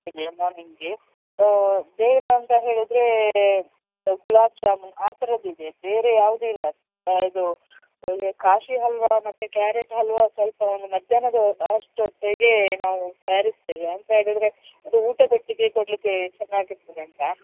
ಅಂತ ಹೇಳಿದರೆ ಗುಲಾಬ್ ಜಾಮೂನ್ ಆ ಥರದ್ದು ಇದೆ ಬೇರೆ ಯಾವುದೂ ಇಲ್ಲ ಇದು ಕಾಶಿ ಹಲ್ವ ಮತ್ತು ಕ್ಯಾರೆಟ್ ಹಲ್ವ ಸ್ವಲ್ಪ ಒಂದು ಮಧ್ಯಾಹ್ನದ ಅಷ್ಟೊತ್ತಿಗೆ ನಾವು ತಯಾರಿಸ್ತೇವೆ ಎಂತ ಹೇಳಿದರೆ ಅದು ಊಟದೊಟ್ಟಿಗೆ ಕೊಡಲಿಕ್ಕೆ ಚೆನ್ನಾಗಿರ್ತದೆ ಅಂತ